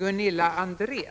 m.m.